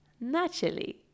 Naturally